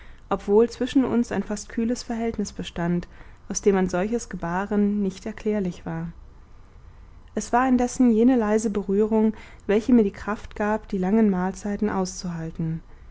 obwohl zwischen uns ein fast kühles verhältnis bestand aus dem ein solches gebaren nicht erklärlich war es war indessen jene leise berührung welche mir die kraft gab die langen mahlzeiten auszuhalten